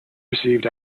received